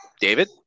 David